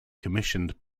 commissioned